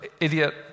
idiot